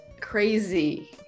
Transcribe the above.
crazy